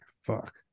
Fuck